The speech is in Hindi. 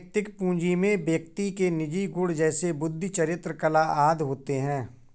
वैयक्तिक पूंजी में व्यक्ति के निजी गुण जैसे बुद्धि, चरित्र, कला आदि होते हैं